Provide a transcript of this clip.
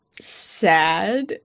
sad